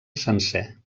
sencer